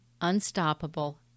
unstoppable